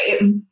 right